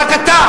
ורק אתה,